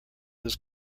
his